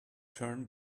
turn